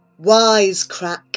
Wisecrack